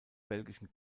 belgischen